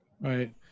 Right